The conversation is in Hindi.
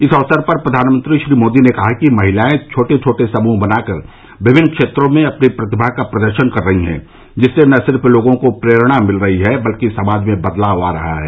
इस अवसर पर प्रधानमंत्री श्री मोदी ने कहा कि महिलाएं छोटे छोटे समूह बनाकर विभिन्न क्षेत्रों में अपनी प्रतिभा का प्रदर्शन कर रही हैं जिससे न सिर्फ लोगों को प्रेरणा मिल रही है बल्कि समाज में बदलाव आ रहा है